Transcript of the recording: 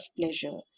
pleasure